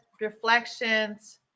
Reflections